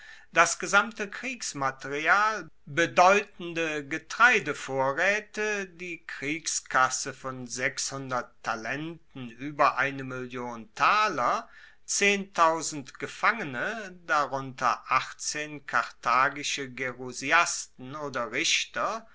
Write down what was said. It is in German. das gesamte kriegsmaterial bedeutende getreidevorraete die kriegskasse von talenten ueber eine gefangene darunter achtzehn karthagische gerusiasten oder richter